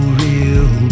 real